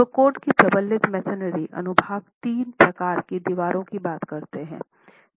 तो कोड की प्रबलित मैसनरी अनुभाग 3 प्रकार की दीवारों की बात करता है